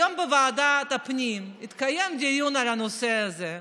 היום בוועדת הפנים התקיים דיון בנושא הזה.